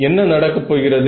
என்ன நடக்க போகிறது